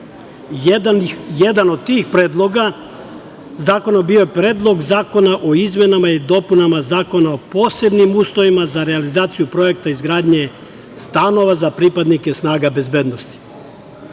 Jedan od tih predloga zakona je bio Predlog zakona o izmenama i dopunama Zakona o posebnim uslovima za realizaciju projekta izgradnje stanova za pripadnike snaga bezbednosti. Poslanička